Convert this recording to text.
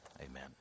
Amen